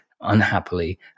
unhappily